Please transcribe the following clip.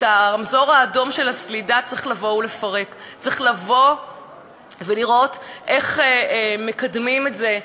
את הרמזור האדום של הסלידה צריך לפרק; צריך לראות איך מקדמים את זה,